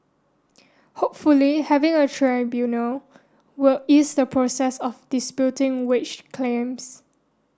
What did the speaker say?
hopefully having a tribunal will ease the process of disputing wage claims